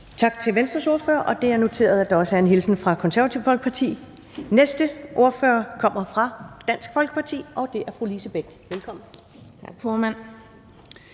Tak til Venstres ordfører. Det er noteret, at der var en hilsen fra Det Konservative Folkeparti. Den næste ordfører kommer fra Dansk Folkeparti, og det er fru Lise Bech. Velkommen. Kl.